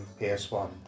PS1